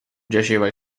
giaceva